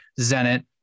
Zenit